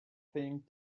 thing